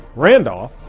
randolph,